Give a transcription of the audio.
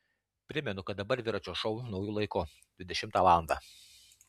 primenu kad dabar dviračio šou nauju laiku dvidešimtą valandą